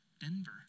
Denver